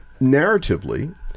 narratively